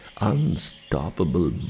unstoppable